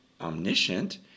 omniscient